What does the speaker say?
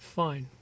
fine